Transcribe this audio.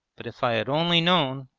but if i had only known,